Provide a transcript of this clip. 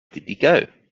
did